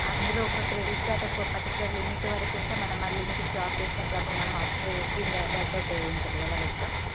అందులో ఒక credit card ఒక పర్టికులర్ లిమిట్ వరకుంటే మనం ఆ లిమిట్ని క్రాస్ చేసినప్పుడు అప్పుడు మనం అప్పు కింద పడ్డట్టే ఉంటుంది ది కదా లెక్క